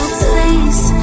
please